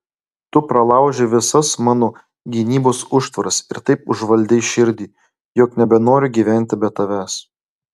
tu pralaužei visas mano gynybos užtvaras ir taip užvaldei širdį jog nebenoriu gyventi be tavęs